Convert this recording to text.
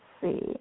see